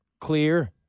clear